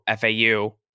FAU